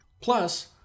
Plus